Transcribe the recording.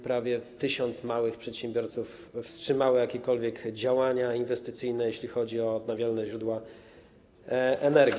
Prawie 1 tys. małych przedsiębiorców wstrzymało jakiekolwiek działania inwestycyjne, jeśli chodzi o odnawialne źródła energii.